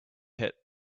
hit